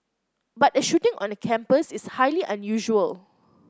but a shooting on a campus is highly unusual